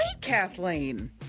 Kathleen